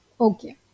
okay